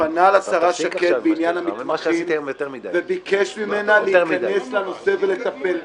שפנה לשרה שקד בעניין המתמחים וביקש ממנה להיכנס לנושא ולטפל בזה.